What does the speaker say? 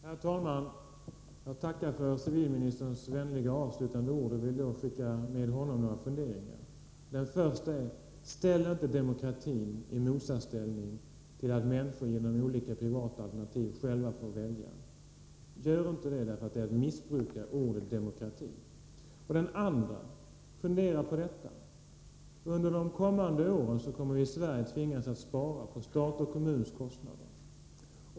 Herr talman! Jag tackar för civilministerns vänliga avslutande ord och vill skicka med honom ett par funderingar. Den första är: Ställ inte demokratin i motsatsförhållande till att människor genom olika privata alternativ själva får välja! Gör inte det, för det är att missbruka ordet ”demokrati”. Den andra är: Under de kommande åren kommer vi i Sverige att tvingas att spara på statens och kommunernas kostnader.